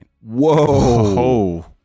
Whoa